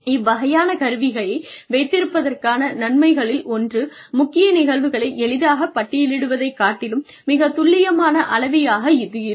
இவ்வகையான கருவியை வைத்திருப்பதற்கான நன்மைகளில் ஒன்று முக்கிய நிகழ்வுகளை எளிதாகப் பட்டியலிடுவதைக் காட்டிலும் மிக துல்லியமான அளவியாக இது இருக்கும்